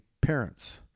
parents